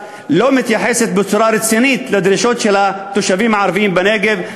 לא מתייחסת בצורה רצינית לדרישות של התושבים הערבים בנגב,